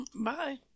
Bye